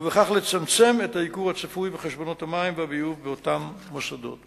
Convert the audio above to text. ובכך לצמצם את הייקור הצפוי בחשבונות המים והביוב באותם מוסדות.